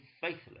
faithless